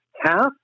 half